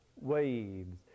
waves